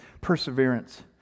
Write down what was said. perseverance